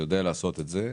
שיודע לעשות את זה,